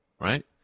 right